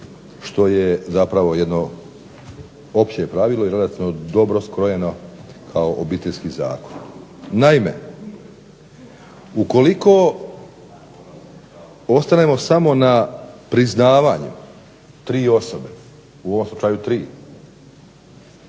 što je zapravo jedno opće pravilo i relativno dobro skrojeno kao Obiteljski zakon. Naime, ukoliko ostanemo samo na priznavanju tri osobe, u ovom slučaju tri